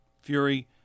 Fury